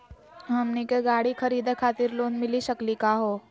हमनी के गाड़ी खरीदै खातिर लोन मिली सकली का हो?